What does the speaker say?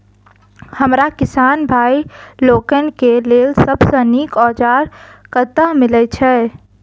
हमरा किसान भाई लोकनि केँ लेल सबसँ नीक औजार कतह मिलै छै?